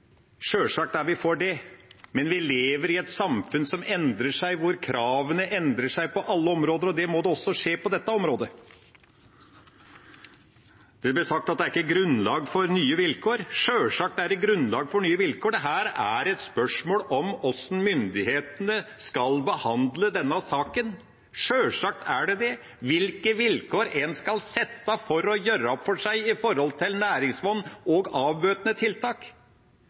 er vi sjølsagt for det, men vi lever i et samfunn som endrer seg, hvor kravene endrer seg på alle områder, og det må også skje på dette området. Det ble sagt at det ikke er grunnlag for nye vilkår. Sjølsagt er det grunnlag for nye vilkår. Det er et spørsmål om hvordan myndighetene skal behandle denne saken. Sjølsagt er det det – hvilke vilkår en skal stille for å gjøre opp for seg når det gjelder næringsfond og avbøtende tiltak.